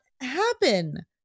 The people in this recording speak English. happen